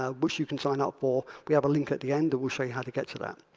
ah which you can sign up for. we have a link at the end that will show you how to get to that.